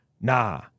nah